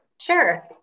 Sure